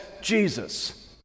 Jesus